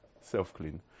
self-clean